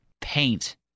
Paint